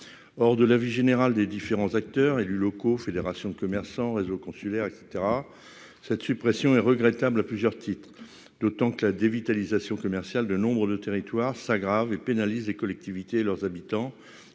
or, de l'avis général des différents acteurs élus locaux fédérations de commerçants réseau consulaire et cetera cette suppression est regrettable à plusieurs titres, d'autant que la dévitalisation commercial de nombre de territoires s'aggrave et pénalise les collectivités leurs habitants